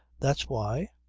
that's why,